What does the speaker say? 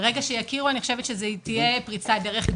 אני רוצה לומר שהבגרות של בתי יעקב הן מתמקצעות